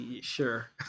Sure